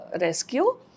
rescue